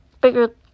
bigger